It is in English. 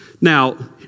Now